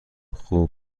خوب